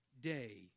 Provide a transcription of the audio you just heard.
day